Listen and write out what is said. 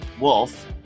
Wolf